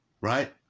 Right